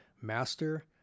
Master